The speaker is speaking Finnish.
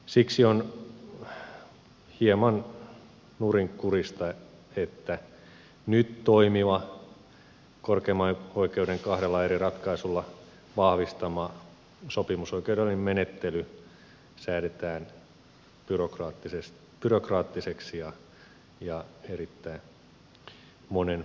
siksi on hieman nurinkurista että nyt toimiva korkeimman oikeuden kahdella eri ratkaisulla vahvistama sopimusoikeudellinen menettely säädetään byrokraattiseksi ja erittäin monen mutkan kautta toimivaksi